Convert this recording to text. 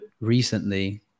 recently